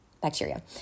bacteria